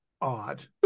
odd